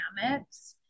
dynamics